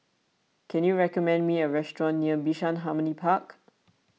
can you recommend me a restaurant near Bishan Harmony Park